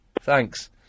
Thanks